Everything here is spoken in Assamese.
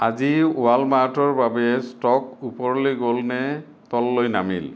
আজি ৱালমাৰ্টৰ বাবে ষ্টক ওপৰলৈ গ'লনে তললৈ নামিল